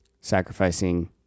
sacrificing